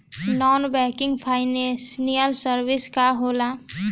Non banking financial services का होला?